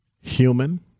human